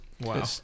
wow